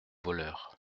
voleur